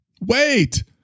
Wait